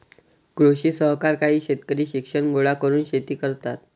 कृषी सहकार काही शेतकरी शिक्षण गोळा करून शेती करतात